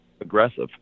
aggressive